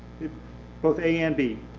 both a and b?